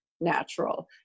natural